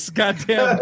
goddamn